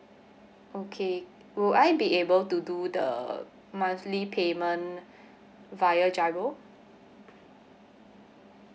okay will I be able to do the monthly payment via GIRO